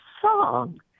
song